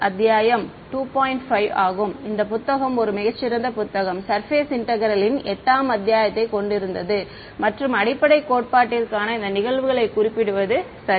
5 ஆகும் இந்த புத்தகம் ஒரு மிகச் சிறந்த புத்தகம் சர்பேஸ் இன்டெக்ரேலின் 8 ஆம் அத்தியாயத்தைக் கொண்டிருந்தது மற்றும் அடிப்படைக் கோட்பாட்டிற்காக இந்த நிகழ்வுகளை குறிப்பிடுவது சரி